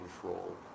control